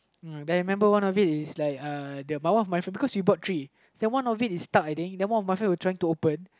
uh I remember one of it is like uh one of my friend because we bought three then one of it is stuck I think then one of my friend were trying to open